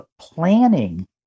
planning